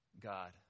God